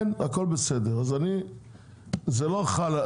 כן, הכול בסדר.